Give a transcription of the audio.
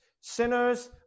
sinners